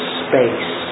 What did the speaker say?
space